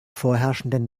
vorherrschenden